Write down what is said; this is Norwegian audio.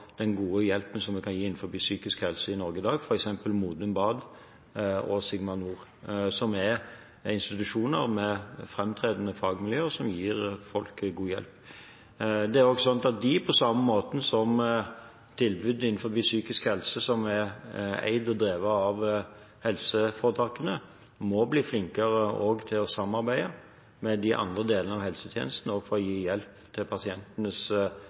den gode hjelpen vi kan gi innenfor psykisk helse i Norge i dag – f.eks. Modum Bad og Sigma Nord, som er institusjoner med framtredende fagmiljøer som gir folk god hjelp. På samme måte som tilbudene innen psykisk helse som er eid og drevet av helseforetakene, må disse bli flinkere til å samarbeide med de andre delene av helsetjenesten for å gi hjelp også til pasientenes